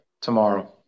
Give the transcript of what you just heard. tomorrow